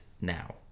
now